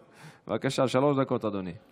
בבקשה, שלוש דקות, אדוני.